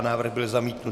Návrh byl zamítnut.